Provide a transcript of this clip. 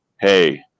Hey